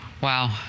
wow